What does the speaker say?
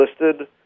listed